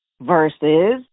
versus